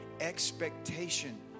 expectation